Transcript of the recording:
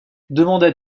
demanda